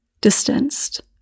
distanced